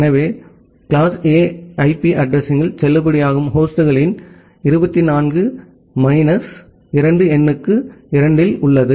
எனவே ஒரு class A IP அட்ரஸிங்யில் செல்லுபடியாகும் ஹோஸ்ட்களின் 24 மைனஸ் 2 எண்ணுக்கு 2 உள்ளது